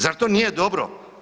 Zar to nije dobro?